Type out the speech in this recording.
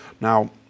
Now